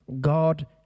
God